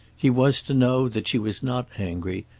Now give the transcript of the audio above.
he was, to know that she was not angry,